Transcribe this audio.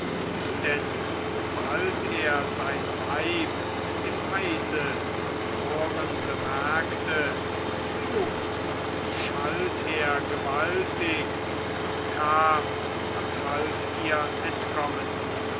denn sobald er sein weib im eise befroren bemerkte flucht und schalt er gewaltig und kam und half ihr entkommen